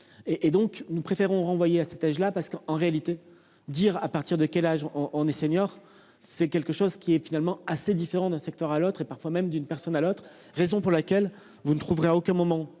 et donc nous préférons renvoyé à cet âge-là parce qu'en réalité, dire à partir de quel âge on on est senior. C'est quelque chose qui est finalement assez différent d'un secteur à l'autre et parfois même d'une personne à l'autre raison pour laquelle vous ne trouverez à aucun moment